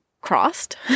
crossed